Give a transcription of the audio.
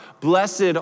blessed